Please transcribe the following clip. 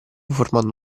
formando